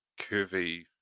curvy